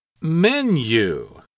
Menu